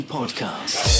Podcast